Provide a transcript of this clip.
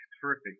terrific